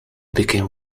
became